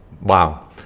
wow